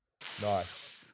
Nice